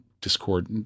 discord